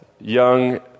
young